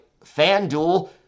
FanDuel